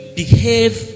behave